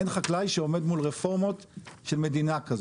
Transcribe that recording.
אין חקלאי שעומד מול רפורמות של מדינה כזאת,